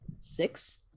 six